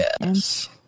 Yes